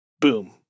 Boom